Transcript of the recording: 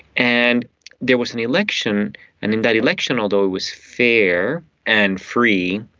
and there was an election and in that election, although it was fair and free,